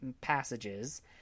passages